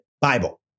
Bible